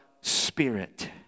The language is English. Spirit